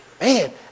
Man